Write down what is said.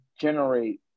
generate